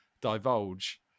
divulge